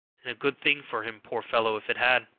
and a good thing for him, poor fellow, if it had.